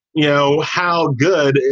you know how good.